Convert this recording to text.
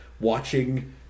watching